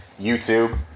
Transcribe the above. YouTube